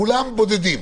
כולם בודדים.